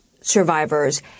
survivors